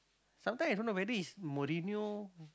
sometime I don't know whether is Mourinho